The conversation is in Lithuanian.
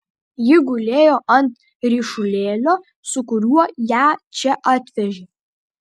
ji gulėjo ant ryšulėlio su kuriuo ją čia atvežė